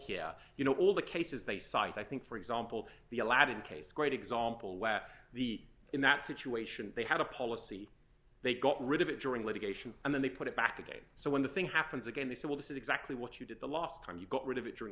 here you know all the cases they cite i think for example the aladdin case great example let the in that situation they had a policy they got rid of it during litigation and then they put it back again so when the thing happens again they say well this is exactly what you did the last time you got rid of it during